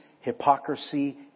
hypocrisy